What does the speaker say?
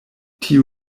tiu